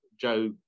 Joe